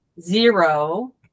zero